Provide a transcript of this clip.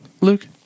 Luke